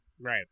Right